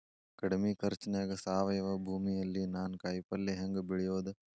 ಕಡಮಿ ಖರ್ಚನ್ಯಾಗ್ ಸಾವಯವ ಭೂಮಿಯಲ್ಲಿ ನಾನ್ ಕಾಯಿಪಲ್ಲೆ ಹೆಂಗ್ ಬೆಳಿಯೋದ್?